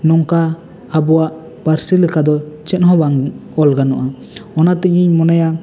ᱱᱚᱝᱠᱟ ᱟᱵᱚᱣᱟᱜ ᱯᱟᱹᱨᱥᱤ ᱞᱮᱠᱟ ᱫᱚ ᱪᱮᱫ ᱦᱚᱸ ᱵᱟᱝ ᱚᱞ ᱜᱟᱱᱚᱜᱼᱟ ᱚᱱᱟ ᱛᱮᱜᱮᱧ ᱢᱚᱱᱮᱭᱟ